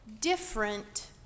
different